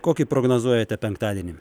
kokį prognozuojate penktadienį